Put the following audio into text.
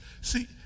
See